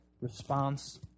response